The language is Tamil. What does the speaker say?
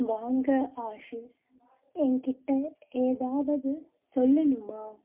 வாங்க ஆஷிஷ் எங்கிட்ட ஏதாவது சொல்லணுமா